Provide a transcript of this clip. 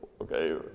okay